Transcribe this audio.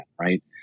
right